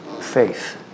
faith